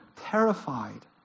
terrified